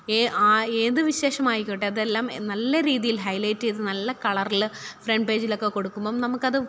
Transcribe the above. ഏ ആ ഏത് വിശേഷമായിക്കോട്ടെ അതെല്ലാം നല്ല രീതിയില് ഹൈലൈറ്റ്യ്ത് നല്ല കളറില് ഫ്രണ്ട് പേജിലൊക്കെ കൊടുക്കുമ്പോള് നമുക്കത്